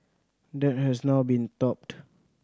that has now been topped